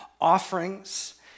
offerings